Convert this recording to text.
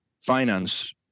finance